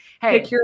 Hey